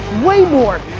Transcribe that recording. way more.